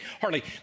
Harley